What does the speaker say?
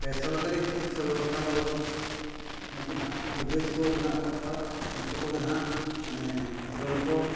ᱵᱮᱥᱚᱨᱠᱟᱨᱤ ᱪᱤᱠᱤᱛᱥᱟ ᱵᱮᱵᱚᱥᱛᱷᱟ ᱫᱚ ᱩᱱᱠᱩ ᱱᱟᱦᱟᱜ ᱠᱚᱵᱤᱨᱟᱡᱽ ᱠᱚ ᱢᱮᱱᱟᱜ ᱟᱠᱟᱫ ᱠᱚᱣᱟ ᱩᱱᱠᱩ ᱠᱚᱜᱮ ᱱᱟᱦᱟᱜ ᱚᱱᱮ ᱡᱚᱞ ᱠᱚ